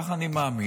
ככה אני מאמין,